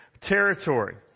territory